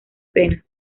penas